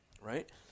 Right